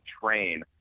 Train